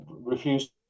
refused